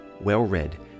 well-read